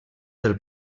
del